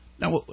Now